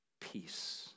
Peace